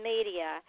Media